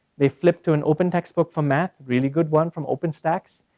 they flipped to an open textbook format, really good one, from openstacks,